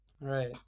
right